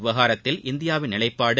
விவகாரத்தில் இந்தியாவின் நிலைப்பாடு